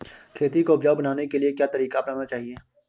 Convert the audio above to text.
खेती को उपजाऊ बनाने के लिए क्या तरीका अपनाना चाहिए?